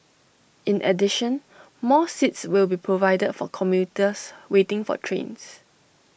in addition more seats will be provided for commuters waiting for trains